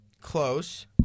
Close